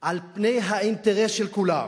על פני האינטרס של כולם.